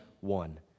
one